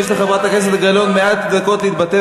יש לחברת הכנסת גלאון מעט דקות להתבטא.